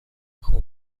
خوب